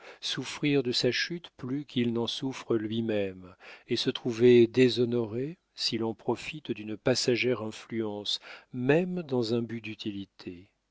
souffrir de sa chute plus qu'il n'en souffre lui-même et se trouver déshonorée si l'on profite d'une passagère influence même dans un but d'utilité